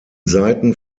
seiten